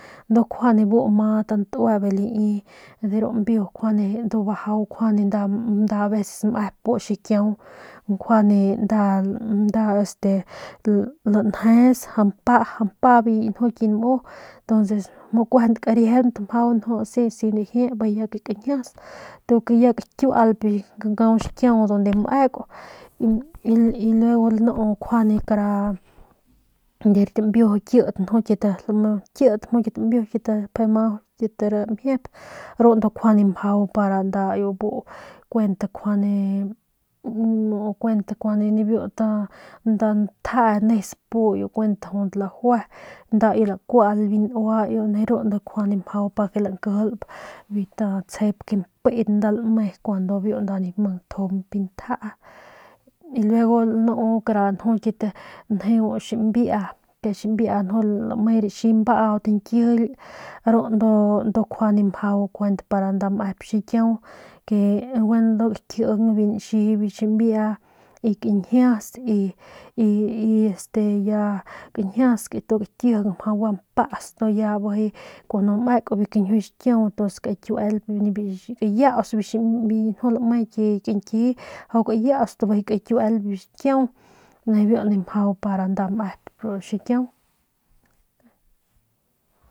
Nkjuande bu ma ntue bijiy lai nkjuande bajau aveces bu nda mep bu xikiau nkjuande nda este lanjes mjau mpa nju ki nmu kuent kariejeunt mjau sisi lajie bijiy ke kañjias tu ya kakiualp kankau xkiau unde meuk y luego lanu nkjuande kara kit mbiu kit lame kit kit mbiu pje ma kit ramjiep ru nkjuande mjau para bu kuent nkjuande kuent nkjuande biu nda ntjee nes pu jut lajue nda iu lakual biu nua ru ndujuy nkjuande mjau pa ke lankijilp biu tsjip mpen nda lame kuandu biu nda nip mang ntjump biu ntjee y luego lanu kara kit njeu ximbia nju raxi mbaut nkijily ru nkjuande mjau kuent nda pa mep xikiau ke gueno kakiing biu nxi biu ximbia y kañjias y y y este ya kañjias y tu kakijing gua mpats y tu ya bijiy kun meuk kañjiuy xkiau ntuns kakiuel kayiats biu ximbia nju lame ki kanki mjau kayiauts y bijiy kakiuel biu xkiau nibiu nijiy mjau pa nda mep bu xikiau.